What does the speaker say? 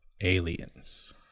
aliens